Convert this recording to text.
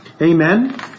Amen